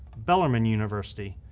bellarmine university,